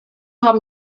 haben